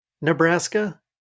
Nebraska